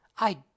I